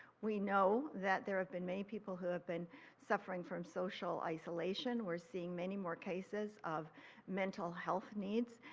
we know that there have been many people who have been suffering from social isolation, we are seeing many more cases of mental health needs.